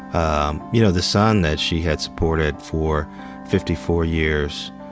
um you know, the son that she had supported for fifty four years